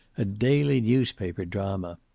a daily newspaper drama.